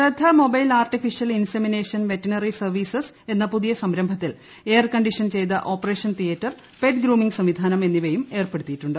ശ്രദ്ധ mobile artificial insemination veterinary services എന്ന പുതിയ സംരംഭത്തിൽ എയർകണ്ടീഷൻ ചെയ്ത ഓപ്പറേഷൻ തീയേറ്റർ പെറ്റ് ഗ്രൂമിങ്ങ് സംവിധാനം എന്നിവയും ഏർപ്പെടുത്തിയിട്ടുണ്ട്